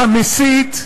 המסית,